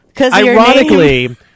ironically